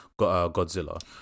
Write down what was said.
Godzilla